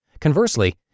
Conversely